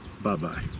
Bye-bye